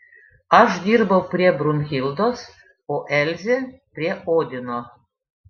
aš dirbau prie brunhildos o elzė prie odino